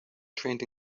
trained